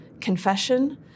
confession